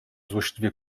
złośliwie